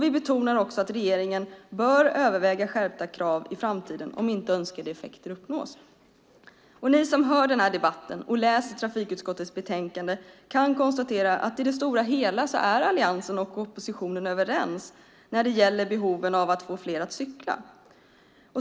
Vi betonar också att regeringen bör överväga skärpta krav i framtiden om inte önskade effekter uppnås. Ni som hör denna debatt och läser trafikutskottets betänkande kan konstatera att Alliansen och oppositionen i det stora hela är överens när det gäller behovet av att få fler att cykla.